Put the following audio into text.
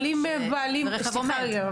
זה רכב עומד.